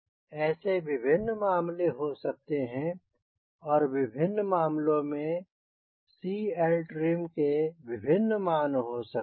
ऐसे विभिन्न मामले हो सकते हैं और विभिन्न मामलों में CLtrim के विभिन्न मान हो सकते हैं